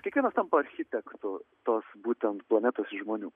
kiekvienas tampa architektu tos būtent planetos iš žmonių